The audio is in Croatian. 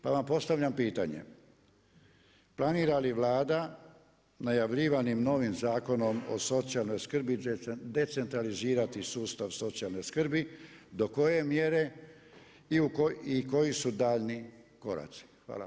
Pa vam postavljam pitanje, planira li Vlada najavljivanim novim Zakonom o socijalnoj skrbi decentralizirati sustav socijalne skrbi, do koje mjere i koji su daljnji koraci, hvala.